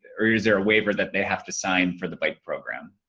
or is there a waiver that they have to sign for the bike program?